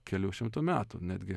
kelių šimtų metų netgi